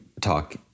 talk